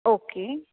okay